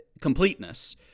completeness